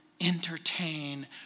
entertain